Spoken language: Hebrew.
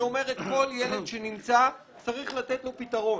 היא אומרת, כל ילד שנמצא, צריך לתת לו פתרון,